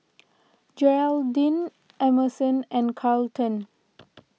Geraldine Emerson and Carleton